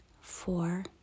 four